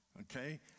Okay